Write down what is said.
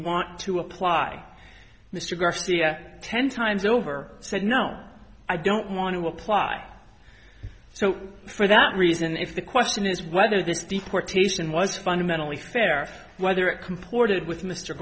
want to apply mr garcia ten times over said no i don't want to apply so for that reason if the question is whether this deportation was fundamentally fair whether it comported with m